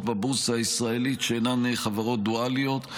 בבורסה הישראלית שאינן חברות דואליות.